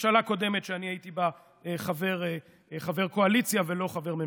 ממשלה קודמת שהייתי בה חבר קואליציה ולא חבר ממשלה.